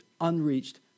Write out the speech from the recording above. unreached